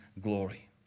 glory